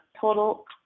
total